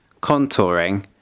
contouring